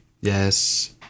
Yes